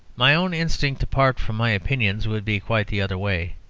my own instinct, apart from my opinions, would be quite the other way.